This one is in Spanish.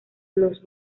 los